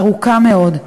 ארוכה מאוד,